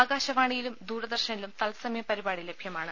ആകാശവാണിയിലും ദൂരദർശനിലും തത്സമയം പരിപാടി ലഭ്യമാണ്